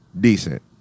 decent